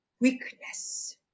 weakness